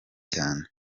cyane